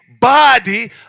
body